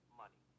money